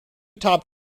top